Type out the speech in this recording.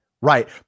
Right